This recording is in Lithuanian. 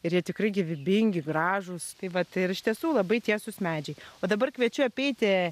ir jie tikrai gyvybingi gražūs tai vat ir iš tiesų labai tiesūs medžiai o dabar kviečiu apeiti